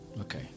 Okay